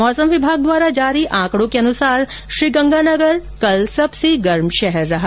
मौसम विभाग द्वारा जारी आंकड़ों के अनुसार श्रीगंगानगर कल सबसे गर्म शहर रहा